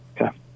Okay